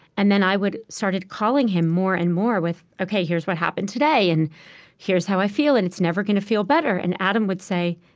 and then i started calling him more and more with, ok, here's what happened today, and here's how i feel, and it's never going to feel better. and adam would say,